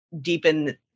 deepen